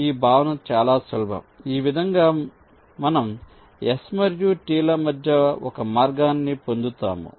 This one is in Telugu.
ఈ భావన చాలా సులభం ఈ విధంగా మనం S మరియు T ల మధ్య ఒక మార్గాన్ని పొందుతాము